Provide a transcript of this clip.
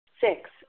Six